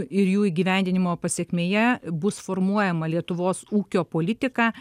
ir jų įgyvendinimo pasekmėje bus formuojama lietuvos ūkio politika